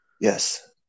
yes